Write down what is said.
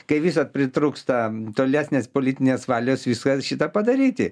kai visad pritrūksta tolesnės politinės valios visą šitą padaryti